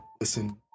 listen